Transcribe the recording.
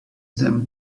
them